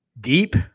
deep